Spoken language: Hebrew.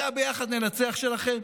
זה הביחד ננצח שלכם?